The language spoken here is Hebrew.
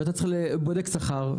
אתה צריך בודק שכר,